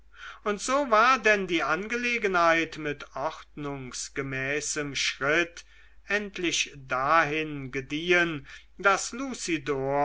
und so war denn die angelegenheit mit ordnungsgemäßem schritt endlich dahin gediehen daß